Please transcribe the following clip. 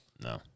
No